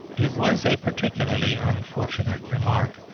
it was a particularly unfortunate remark,